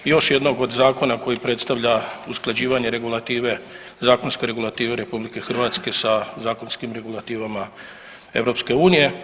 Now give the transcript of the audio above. Još jednog od zakona koji predstavlja usklađivanje regulative, zakonske regulative RH sa zakonskim regulativama EU.